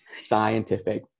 scientific